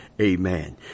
Amen